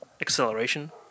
Acceleration